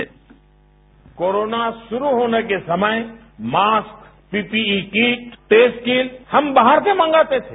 sound bite corona शुरू होने के समय mask P P E kit test kit हम बाहर से मंगाते थे